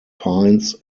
pines